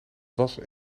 was